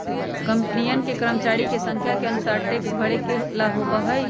कंपनियन के कर्मचरिया के संख्या के अनुसार टैक्स भरे ला होबा हई